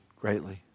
greatly